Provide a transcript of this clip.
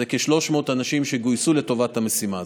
זה כ-300 אנשים שגיוסו לטובת המשימה הזאת.